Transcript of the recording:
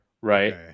right